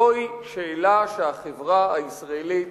זוהי שאלה שהחברה הישראלית